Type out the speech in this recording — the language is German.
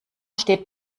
steht